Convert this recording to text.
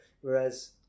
whereas